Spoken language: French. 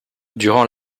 durant